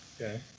Okay